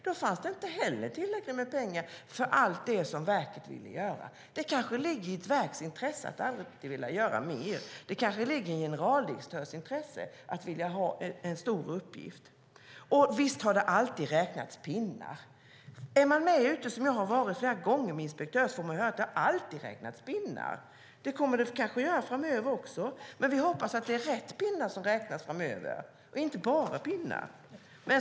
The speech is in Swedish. Då fanns det inte heller tillräckligt med pengar för allt verket ville göra. Det kanske ligger i ett verks intresse att alltid vilja göra mer, och det kanske ligger i en generaldirektörs intresse att vilja ha en stor uppgift. Visst har det alltid räknats pinnar. Är man med inspektörer ute, som jag har varit flera gånger, får man höra att det alltid har räknats pinnar. Det kanske kommer att göras framöver också, men vi hoppas att det är rätt pinnar som räknas - inte bara pinnar.